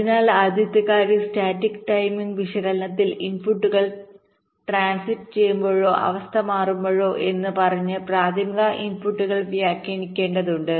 അതിനാൽ ആദ്യത്തെ കാര്യം സ്റ്റാറ്റിക് ടൈമിംഗ്വിശകലനത്തിൽ ഇൻപുട്ടുകൾ ട്രാൻസിറ്റ് ചെയ്യുമ്പോഴോ അവസ്ഥ മാറ്റുമ്പോഴോ എന്ന് പറഞ്ഞ് പ്രാഥമിക ഇൻപുട്ടുകൾ വ്യാഖ്യാനിക്കേണ്ടതുണ്ട്